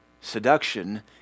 Seduction